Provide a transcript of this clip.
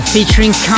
Featuring